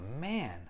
man